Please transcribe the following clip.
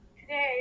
Today